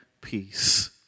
peace